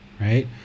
right